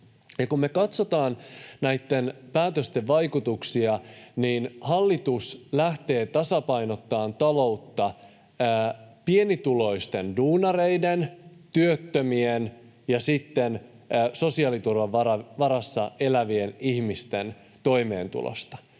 näitten päätösten vaikutuksia, niin hallitus lähtee tasapainottamaan taloutta pienituloisten duunareiden, työttömien ja sosiaaliturvan varassa elävien ihmisten toimeentulosta.